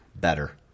better